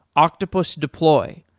octopus deploy,